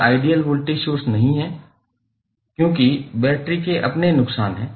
वे ideal voltage source नहीं हैं क्योंकि बैटरी के अपने नुकसान हैं